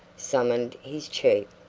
summoned his chief.